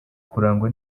kurangwa